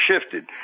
shifted